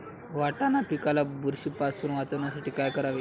वाटाणा पिकाला बुरशीपासून वाचवण्यासाठी काय करावे?